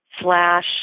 slash